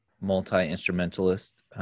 multi-instrumentalist